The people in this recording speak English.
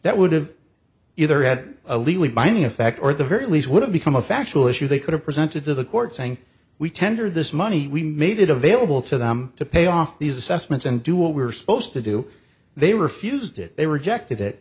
that would have either had a legally binding effect or at the very least would have become a factual issue they could have presented to the court saying we tendered this money we made it available to them to pay off these assessments and do what we were supposed to do they refused it they rejected it